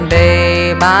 babe